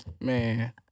Man